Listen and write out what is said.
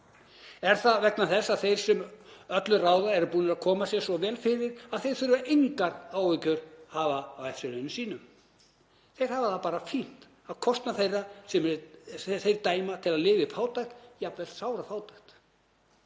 Er það vegna þess að þeir sem öllu ráða eru búnir að koma sér svo vel fyrir að þeir þurfa engar áhyggjur að hafa af eftirlaunum sínum? Þeir hafa það bara fínt á kostnað þeirra sem þeir dæma til að lifa í fátækt, jafnvel sárafátækt.